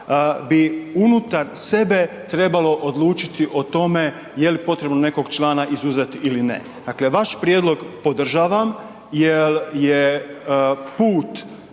bi unutar sebe trebalo odlučiti o tome je li potrebno nekog člana izuzet ili ne. Dakle, vaš prijedlog podržavam jel je